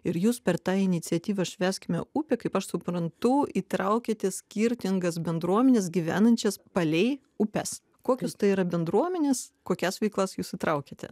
ir jūs per tą iniciatyvą švęskime upę kaip aš suprantu įtraukiate skirtingas bendruomenes gyvenančias palei upes kokios tai yra bendruomenės kokias veiklas jūs įtraukiate